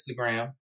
Instagram